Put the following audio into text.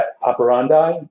operandi